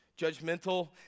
judgmental